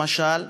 למשל,